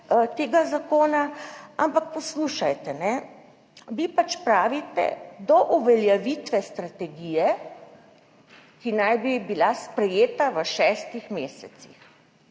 tega zakona. Ampak poslušajte, vi pač pravite »do uveljavitve strategije, ki naj bi bila sprejeta v šestih mesecih«.